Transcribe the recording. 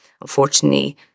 Unfortunately